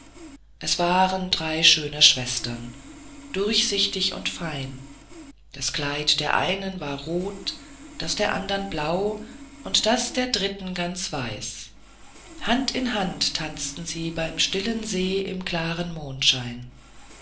es waren drei schöne schwestern durchsichtig und fein das kleid der einen war rot das der andern blau das der dritten ganz weiß hand in hand tanzten sie beim stillen see im klaren mondscheine